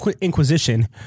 Inquisition